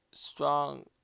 Strong